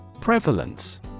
Prevalence